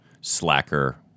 slacker